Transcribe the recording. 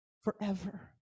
forever